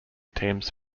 teams